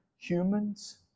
Humans